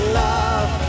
love